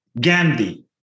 Gandhi